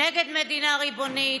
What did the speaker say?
נגד מדינה ריבונית,